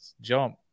jump